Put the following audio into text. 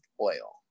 oil